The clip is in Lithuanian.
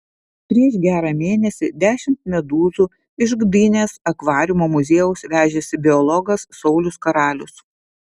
prieš gerą mėnesį dešimt medūzų iš gdynės akvariumo muziejaus vežėsi biologas saulius karalius